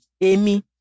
Amy